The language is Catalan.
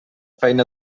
feina